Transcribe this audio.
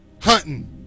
Hunting